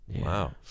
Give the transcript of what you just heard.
Wow